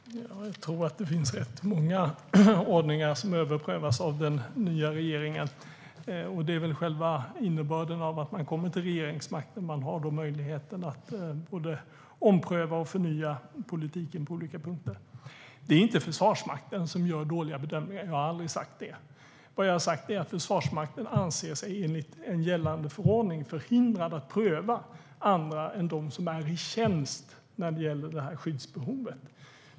Herr talman! Jag tror att det finns rätt många ordningar som överprövas av den nya regeringen, och det är väl själva innebörden av att man kommer till regeringsmakten. Man har då möjligheten att både ompröva och förnya politiken på olika punkter. Det är inte Försvarsmakten som gör dåliga bedömningar. Jag har aldrig sagt det. Vad jag har sagt är att Försvarsmakten anser sig enligt en gällande förordning förhindrad att pröva andra än de som är i tjänst när det gäller det här skyddsbehovet.